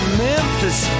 memphis